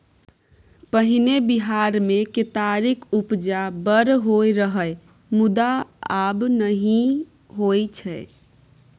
पहिने बिहार मे केतारीक उपजा बड़ होइ रहय मुदा आब नहि होइ छै